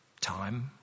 Time